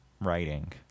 writing